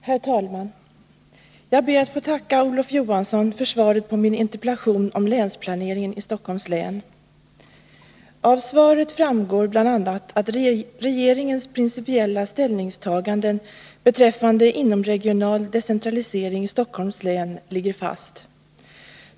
Herr talman! Jag ber att få tacka Olof Johansson för svaret på min interpellation om länsplaneringen i Stockholms län. Av svaret framgår bl.a. att regeringens principiella ställningstaganden beträffande inomregional decentralisering i Stockholms län ligger fast.